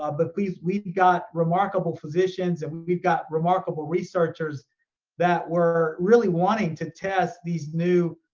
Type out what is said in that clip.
ah but please, we've got remarkable physicians and we've we've got remarkable researchers that were really wanting to test these new